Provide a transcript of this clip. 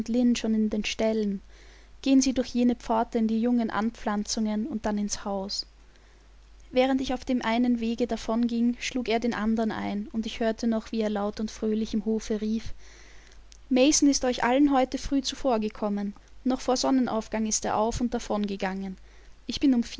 schon in den ställen gehen sie durch jene pforte in die jungen anpflanzungen und dann ins haus während ich auf dem einen wege davon ging schlug er den andern ein und ich hörte noch wie er laut und fröhlich im hofe rief mason ist euch allen heute früh zuvor gekommen noch vor sonnenaufgang ist er auf und davon